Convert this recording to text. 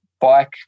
bike